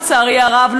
לצערי הרב,